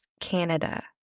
Canada